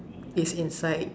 it's inside mm